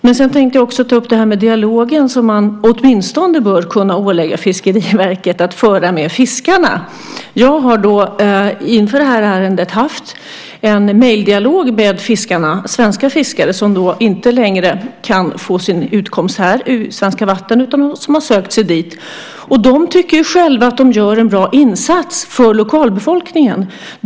Men sedan tänkte jag också ta upp detta med dialogen som man åtminstone bör kunna ålägga Fiskeriverket att föra med fiskarna. Inför det här ärendet har jag haft en mejldialog med svenska fiskare som inte längre kan få sin utkomst här i svenska vatten och som har sökt sig dit. De tycker själva att de gör en bra insats för lokalbefolkningen.